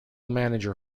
manager